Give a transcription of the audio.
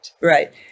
right